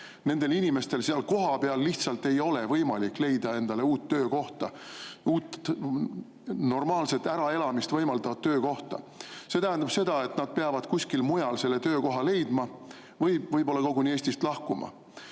nendel inimestel seal kohapeal ei ole lihtsalt võimalik leida endale uut töökohta, normaalset äraelamist võimaldavat töökohta. See tähendab, et nad peavad kuskil mujal selle töökoha leidma, võib-olla koguni Eestist lahkuma.